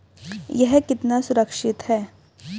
यह कितना सुरक्षित है?